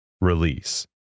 release